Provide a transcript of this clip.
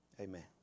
Amen